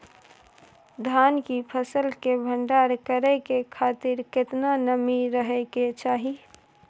धान की फसल के भंडार करै के खातिर केतना नमी रहै के चाही?